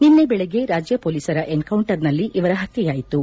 ನಿನ್ನೆ ಬೆಳಗ್ಗೆ ರಾಜ್ಯ ಮೊಲೀಸರ ಎನ್ಕೌಂಟರ್ನಲ್ಲಿ ಇವರ ಪತ್ಯೆಯಾಯಿತು